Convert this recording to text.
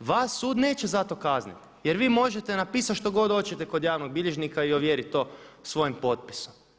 vas sud neće zato kazniti jer vi možete napisati što god oćete kod javnog bilježnika i ovjeriti to svojim potpisom.